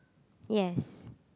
yes